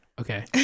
Okay